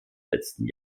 letzten